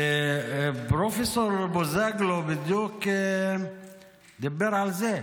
ופרופ' בוזגלו בדיוק דיבר על זה.